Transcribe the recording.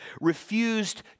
refused